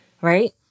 right